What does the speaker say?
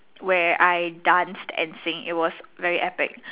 where I danced and sing it was very epic